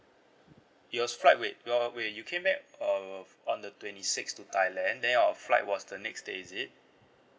your flight wait while while wait you came back uh on the twenty six to thailand then your flight was the next day is it